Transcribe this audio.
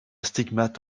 stigmate